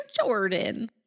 jordan